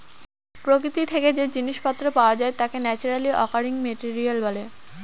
প্রকৃতি থেকে যে জিনিস পত্র পাওয়া যায় তাকে ন্যাচারালি অকারিং মেটেরিয়াল বলে